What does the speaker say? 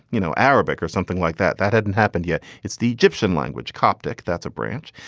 you know, arabic or something like that. that hadn't happened yet. it's the egyptian language, coptic that's a branch.